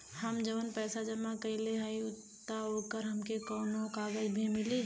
हम जवन पैसा जमा कइले हई त ओकर हमके कौनो कागज भी मिली?